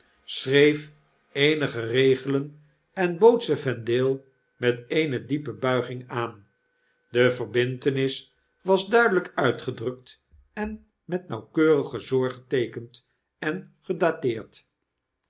schreef eenige regelen en bood ze vendale met eene diepe bulging aan de verbintenis was duidelijkuitgedrukt en met nauwkeurige zorg geteekend en gedateerd